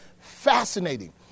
fascinating